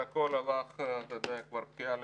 הכול הלך, אתה יודע כבר, בכייה לדורות.